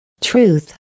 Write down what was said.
Truth